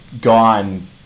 gone